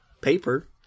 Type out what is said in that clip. paper